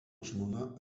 žmona